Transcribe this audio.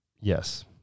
Yes